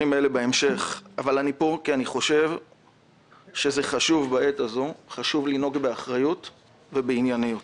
פה כי בעת הזאת חשוב לנהוג באחריות ובענייניות.